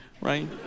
right